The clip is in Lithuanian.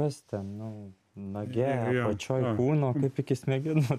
kas ten nu nage apačioj kūno kaip iki smegenų